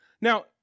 Now